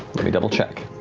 let me double check.